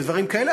ודברים כאלה,